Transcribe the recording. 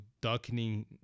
darkening